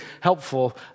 helpful